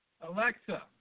Alexa